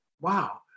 Wow